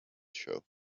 show